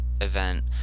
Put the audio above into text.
event